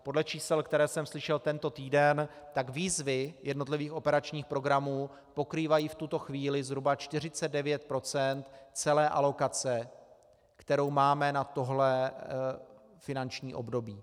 Podle čísel, která jsem slyšel tento týden, tak výzvy jednotlivých operačních programů pokrývají v tuto chvíli zhruba 49 % celé alokace, kterou máme na tohle finanční období.